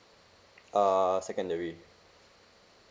err secondary